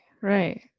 right